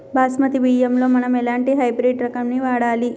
బాస్మతి బియ్యంలో మనం ఎలాంటి హైబ్రిడ్ రకం ని వాడాలి?